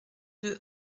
deux